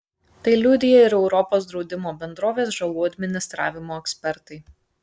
tai liudija ir europos draudimo bendrovės žalų administravimo ekspertai